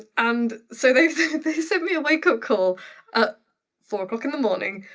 and so, they sent me a wake up call at four o'clock in the morning.